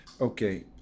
Okay